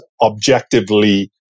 objectively